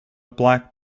black